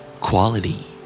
Quality